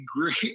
great